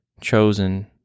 chosen